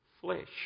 flesh